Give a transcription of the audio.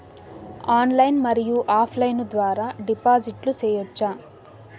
Online మరియు offline ద్వారా డిపాజిట్లు సేయొచ్చా?